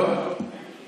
לא, לא, לא.